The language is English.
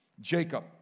Jacob